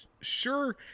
sure